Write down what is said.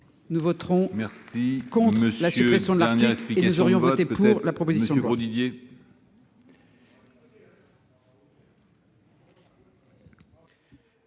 Nous voterons donc contre la suppression de cet article et nous aurions voté pour la proposition